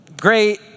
Great